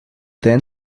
then